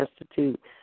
Institute